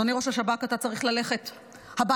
אדוני ראש השב"כ, אתה צריך ללכת הביתה.